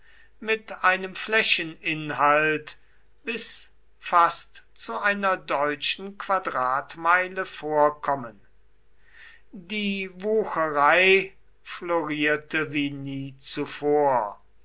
mit einem flächeninhalt bis fast zu einer deutschen quadratmeile vorkommen die wucherei florierte wie nie zuvor